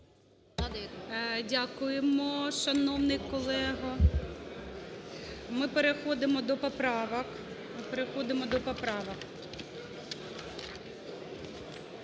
Дякуємо, шановний колего. Ми переходимо до поправок,